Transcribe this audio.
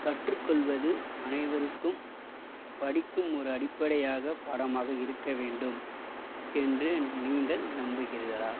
கற்றுக்கொள்வது அனைவருக்கும் படிக்கும் ஒரு அடிப்படையாக பாடமாக இருக்க வேண்டும் என்று நீங்கள் நம்புகிறீர்களா